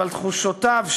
אבל תחושותיו,